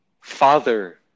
father